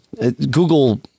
google